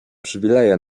przywileje